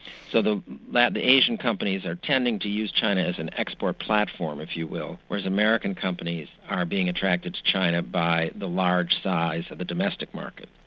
so the like the asian companies are tending to use china as an export platform if you will, whereas american companies are being attracted to china by the large size of the domestic market.